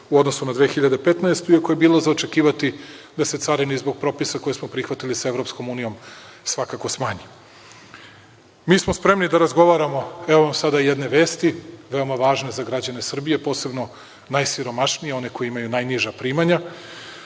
u odnosu na 2015. godinu, iako je bilo za očekivati da se carina i zbog propisa koji smo prihvatili sa EU svakako smanji. Mi smo spremni da razgovaramo. Evo vam sada jedne vesti, veoma važne za građane Srbije, posebno najsiromašnije, one koji imaju najniža primanja.